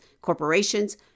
corporations